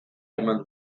eman